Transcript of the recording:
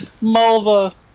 Malva